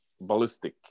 ballistic